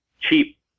cheap